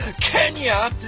Kenya